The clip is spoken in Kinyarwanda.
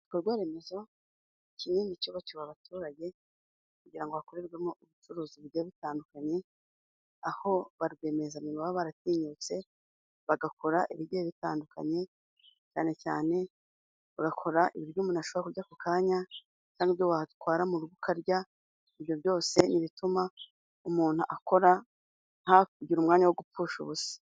Ibikorwaremezo kimwe mu cyubakiwe abaturage, kugira ngo hakorerwemo ubucuruzi bugiye butandukanye, aho ba rwiyemezamirimo baba baratinyutse bagakora ibigiye bitandukanye, cyane cyane bagakora ibiryo umuntu ashobora kurya ako kanya, cyangwa watwara mu rugo ukarya, ibyo byose ntibituma umuntu akora ntagire umwanya wo gupfusha ubusa.